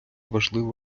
важливе